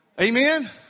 Amen